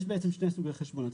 יש בעצם שני סוגי חשבונות.